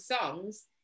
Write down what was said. songs